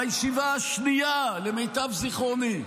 בישיבה השנייה, למיטב זיכרוני,